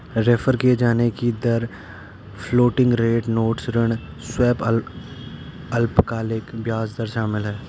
refer किये जाने की दर फ्लोटिंग रेट नोट्स ऋण स्वैप अल्पकालिक ब्याज दर शामिल है